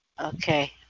okay